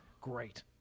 great